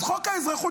אז חוק האזרחות,